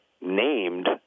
named